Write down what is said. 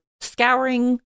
scouring